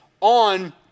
on